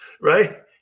Right